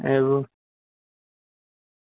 એવું